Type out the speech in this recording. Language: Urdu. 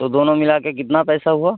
تو دونوں ملا کے کتنا پیسہ ہوا